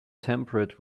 temperate